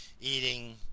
eating